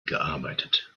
gearbeitet